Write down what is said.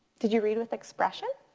did you read with expression?